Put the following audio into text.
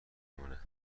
مونه